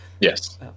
Yes